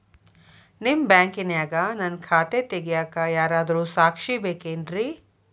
ನಿಮ್ಮ ಬ್ಯಾಂಕಿನ್ಯಾಗ ನನ್ನ ಖಾತೆ ತೆಗೆಯಾಕ್ ಯಾರಾದ್ರೂ ಸಾಕ್ಷಿ ಬೇಕೇನ್ರಿ?